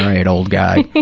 right, old guy.